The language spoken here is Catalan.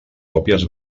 còpies